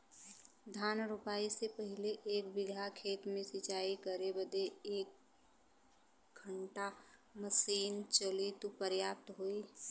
धान रोपाई से पहिले एक बिघा खेत के सिंचाई करे बदे क घंटा मशीन चली तू पर्याप्त होई?